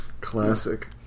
Classic